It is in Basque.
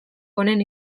honen